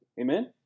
Amen